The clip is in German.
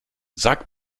sag